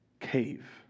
Cave